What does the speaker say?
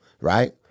Right